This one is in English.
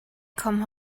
come